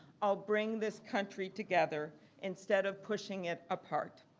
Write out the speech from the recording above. ah bring this country together instead of pushing it apart.